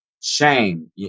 Shame